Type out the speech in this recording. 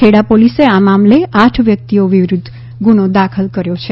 ખેડા પોલીસે આ મામલે આઠ વ્યકિતઓ વિરુધ્ધ ગુનો દાખલ કર્યો છે